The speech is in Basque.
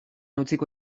utziko